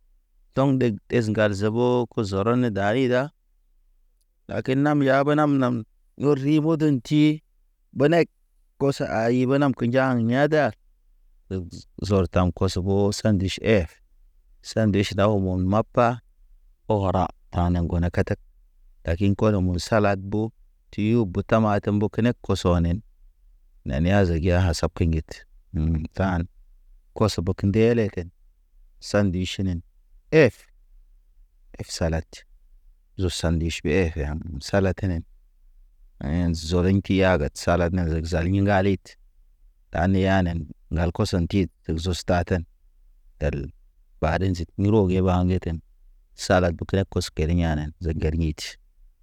Tɔŋ ɗeg ɗes ŋgal zobo ku zɔrɔn da ni da, lakin nam yabe nam- nam. Non ribo den ti, ɓenek, kos ayi ɓenam kenja ya̰da. Zɔr taŋ kos ɓo sandiʃ er, sandiʃ da o mon mapa, ɔra tana ŋgona katak. Lakin kɔlɔ me salad bo, tyɲy buta ma mbo te kenek kɔsɔnen. Nani azage a hasab ke ŋgit, nini tan, kɔsbɔ ke ndele ten sandiʃ ʃinen ef. Ef salad, zo sandiʃ be ef ham salatenen. Zoriŋ te yaged salad ne zeg zali ŋgali, ta ne yanen ŋgal kɔsen tit eg zostaten. Del baden zig ni roge ɓagen ten, salad bukle kosgeri ya̰nen, ze ŋger hit.